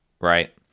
right